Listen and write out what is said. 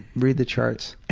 read the charts.